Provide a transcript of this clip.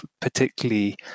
particularly